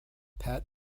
pat